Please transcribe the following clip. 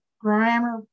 grammar